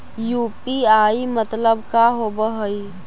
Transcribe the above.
UPI मतलब का होब हइ?